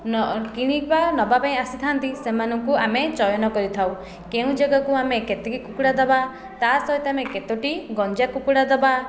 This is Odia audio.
ନ କିଣିବା ନେବା ପାଇଁ ଆସିଥାନ୍ତି ସେମାନଙ୍କୁ ଆମେ ଚୟନ କରିଥାଉ କେଉଁ ଜାଗାକୁ ଆମେ କେତିକି କୁକୁଡ଼ା ଦେବା ତା ସହିତ ଆମେ କେତୋଟି ଗଞ୍ଜା କୁକୁଡ଼ା ଦେବା